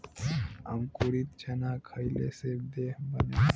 अंकुरित चना खईले से देह बनेला